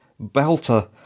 belter